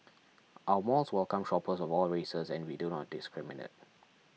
our malls welcome shoppers of all races and we do not discriminate